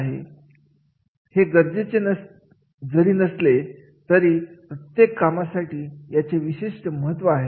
आहे हे गरजेचे जरी नसले तरी प्रत्येक कामासाठी याचे विशिष्ट महत्व आहे